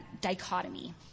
dichotomy